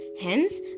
hence